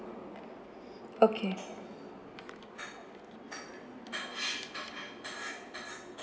okay